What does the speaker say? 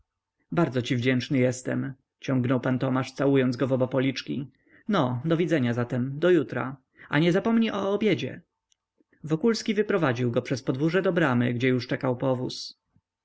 bardzo ci wdzięczny jestem ciągnął pan tomasz całując go w oba policzki no do widzenia zatem do jutra a nie zapomnij o obiedzie wokulski wyprowadził go przez podwórze do bramy gdzie już czekał powóz